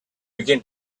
began